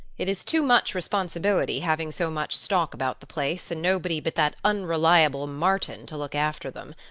it is too much responsibility having so much stock about the place and nobody but that unreliable martin to look after them.